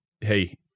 Hey